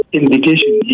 indication